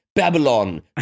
Babylon